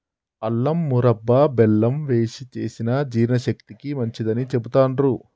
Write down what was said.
అల్లం మురబ్భ బెల్లం వేశి చేసిన జీర్ణశక్తికి మంచిదని చెబుతాండ్రు